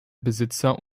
besitzer